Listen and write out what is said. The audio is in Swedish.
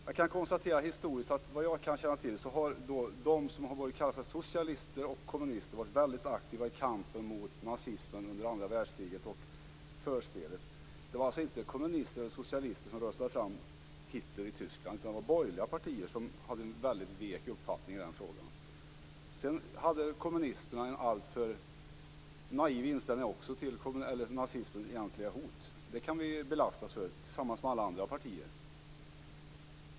Jag kan konstatera att de som kallade sig socialister och kommunister var väldigt aktiva i kampen mot nazismen under andra världskriget och dess förspel. Det var alltså inte kommunister eller socialister som röstade fram Hitler i Tyskland, utan det var borgerliga partier som hade en väldigt vek uppfattning i den frågan. Sedan hade också kommunisterna en alltför naiv inställning till nazismens egentliga hot. Det kan vi lastas för tillsammans med alla andra partier.